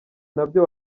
nabyo